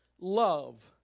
love